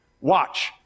Watch